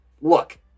Look